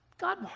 God